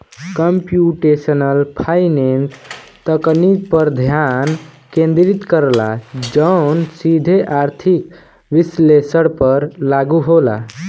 computational finance तकनीक पर ध्यान केंद्रित करला जौन सीधे आर्थिक विश्लेषण पर लागू होला